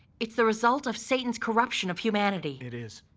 it's the result of satan's corruption of humanity. it is.